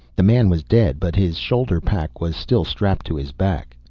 the man was dead but his shoulder pack was still strapped to his back.